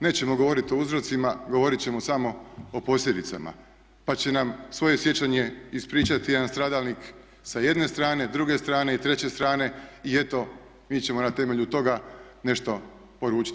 Nećemo govoriti o uzrocima, govorit ćemo samo o posljedicama, pa će nam svoje sjećanje ispričati jedan stradalnik sa jedne strane, druge strane i treće strane i eto mi ćemo na temelju toga nešto poručiti.